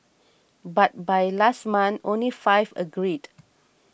but by last month only five agreed